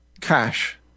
cash